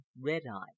Red-Eye